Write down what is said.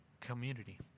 community